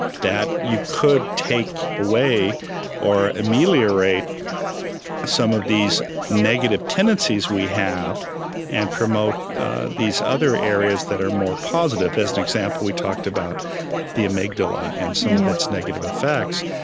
that you could take away or ameliorate some of these negative tendencies we have and promote these other areas that are more positive. as an example, we talked about the amygdala and some of its negative effects.